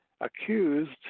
accused